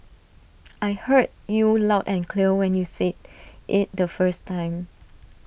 I heard you loud and clear when you said IT the first time